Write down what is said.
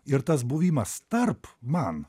ir tas buvimas tarp man